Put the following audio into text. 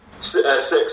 Six